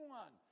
one